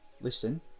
listen